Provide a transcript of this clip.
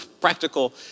practical